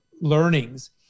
learnings